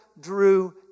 drew